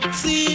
see